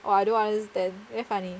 !wah! I don't understand very funny